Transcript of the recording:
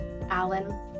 Alan